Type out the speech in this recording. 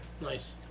Nice